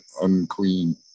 unclean